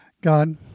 God